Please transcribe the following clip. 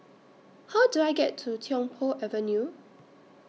How Do I get to Tiong Poh Avenue